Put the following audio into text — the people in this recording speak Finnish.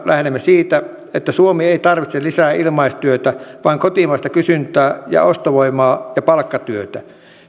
lähdemme siitä että suomi ei tarvitse lisää ilmaistyötä vaan kotimaista kysyntää ja ostovoimaa ja palkkatyötä